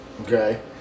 Okay